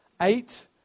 eight